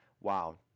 wow